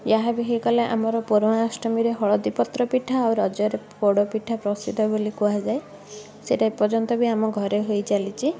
ଯାହା ବି ହୋଇଗଲେ ଆମର ପରୁଆଁ ଅଷ୍ଟମୀରେ ହଳଦୀ ପତ୍ର ପିଠା ଆଉ ରଜରେ ପୋଡ଼ ପିଠା ପ୍ରସିଦ୍ଧ ବୋଲି କୁହାଯାଏ ସେଇଟା ଏ ପର୍ଯ୍ୟନ୍ତ ବି ଆମ ଘରେ ହୋଇଚାଲିଛି